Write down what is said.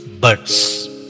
Birds